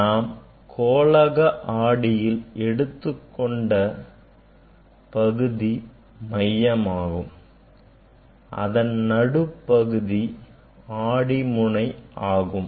நாம் கோளக ஆடியில் எடுத்து கொண்ட பகுதி மையமாகும் அதன் நடு பகுதி ஆடி முனை ஆகும்